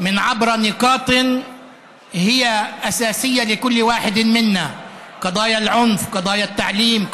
בהצגת נקודות שהן בסיסיות עבור כל אחד מאיתנו: סוגיית האלימות,